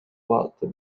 баатыр